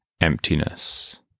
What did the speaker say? emptiness